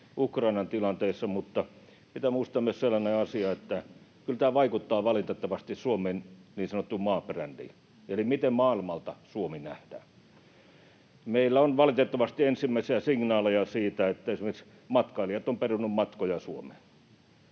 Ukrainan tilanteessa, mutta pitää muistaa myös sellainen asia, että kyllä tämä vaikuttaa valitettavasti Suomen niin sanottuun maabrändiin eli siihen, miten Suomi nähdään maailmalla. Meillä on valitettavasti ensimmäisiä signaaleja siitä, että esimerkiksi matkailijat ovat peruneet matkoja Suomeen.